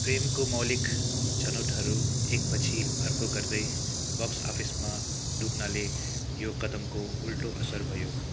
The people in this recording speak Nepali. प्रेमको मौलिक छनोटहरू एकपछि अर्को गर्दै बक्स अफिसमा डुब्नाले यो कदमको उल्टो असर भयो